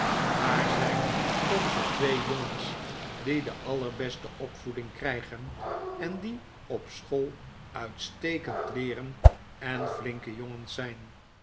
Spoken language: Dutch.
daar zijn onze twee jongens die de allerbeste opvoeding krijgen en die op school uitstekend leeren en flinke jongens zijn